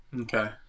Okay